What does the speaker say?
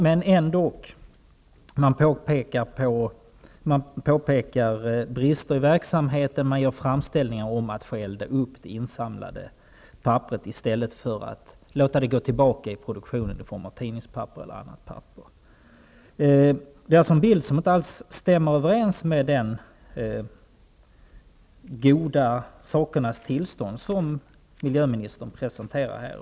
Men man påpekar ändå brister i verksamheten, man gör framställningar om att få elda upp det insamlade papperet i stället för att låta det gå tillbaka till produktionen av tidningspapper eller annat papper. Det är alltså en bild som inte all stämmer överens med det goda sakernas tillstånd som miljöministern presenterar här.